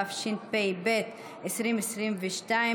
התשפ"ב 2022,